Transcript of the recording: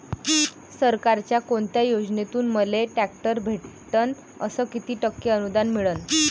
सरकारच्या कोनत्या योजनेतून मले ट्रॅक्टर भेटन अस किती टक्के अनुदान मिळन?